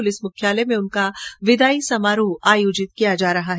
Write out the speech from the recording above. police मुख्यालय में उनका विदाई समारोह आयोजित किया जा रहा है